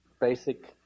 basic